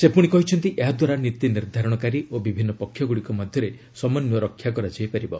ସେ କହିଛନ୍ତି ଏହା ଦ୍ୱାରା ନୀତିନିର୍ଦ୍ଧାରଣ କାରୀ ଓ ବିଭିନ୍ନ ପକ୍ଷଗୁଡ଼ିକ ମଧ୍ୟରେ ସମନ୍ୱୟ ରକ୍ଷା କରାଯାଇ ପାରିବ